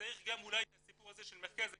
וצריך גם אולי את הסיפור הזה של מרכז הקליטה.